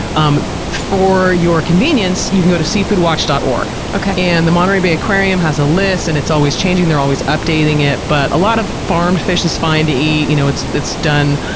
um for your convenience, you can go to seafoodwatch dot org, and the monterey bay aquarium has a list. and, it's always changing, they're always updating it. but a lot of farmed fish is fine to eat. you know it's it's done